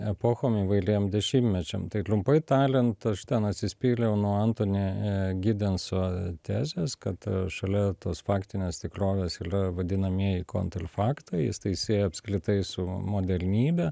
epochom įvailiem dešimtmečiam tai tliumpai taliant aš ten atsispyriau nuo entoni e gidenso tezės kad šalia tos faktinės tikrovės yra vadinamieji kontrfaktai jis tai sieja apskritai su modernybe